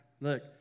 look